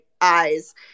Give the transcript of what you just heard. eyes